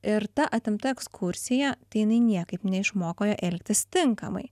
ir ta atimta ekskursija tai jinai niekaip neišmoko jo elgtis tinkamai